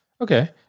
Okay